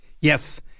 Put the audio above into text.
yes